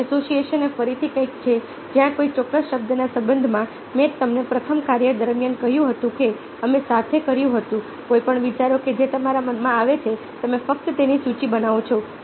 free association એ ફરીથી કંઈક છે જ્યાં કોઈ ચોક્કસ શબ્દના સંબંધમાં મેં તમને પ્રથમ કાર્ય દરમિયાન કહ્યું હતું કે અમે સાથે કર્યું હતું કોઈપણ વિચારો કે જે તમારા મનમાં આવે છે તમે ફક્ત તેની સૂચિ બનાવો છો